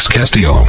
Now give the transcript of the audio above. Castillo